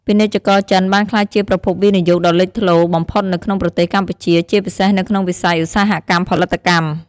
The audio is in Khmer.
ពាណិជ្ជករចិនបានក្លាយជាប្រភពវិនិយោគដ៏លេចធ្លោបំផុតនៅក្នុងប្រទេសកម្ពុជា ជាពិសេសនៅក្នុងវិស័យឧស្សាហកម្មផលិតកម្ម។